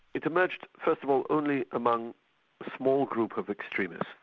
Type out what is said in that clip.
it emerged first of all only among a small group of extremists,